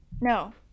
No